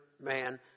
man